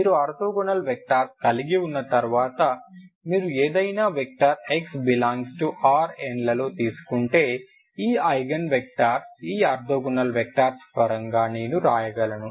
మీరు orthogonal vectors కలిగి ఉన్న తర్వాత మీరు ఏదైనా వెక్టర్ x Rn లో తీసుకుంటే ఈ ఐగెన్ వెక్టర్స్ ఈ ఆర్తోగోనల్ వెక్టర్స్ పరంగా నేను వ్రాయగలను